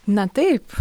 na taip